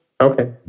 okay